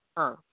ആ